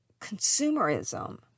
consumerism